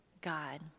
God